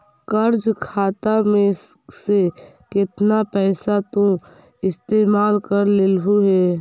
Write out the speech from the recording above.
कर्ज खाता में से केतना पैसा तु इस्तेमाल कर लेले हे